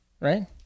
right